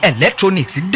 Electronics